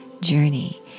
journey